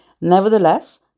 Nevertheless